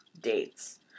dates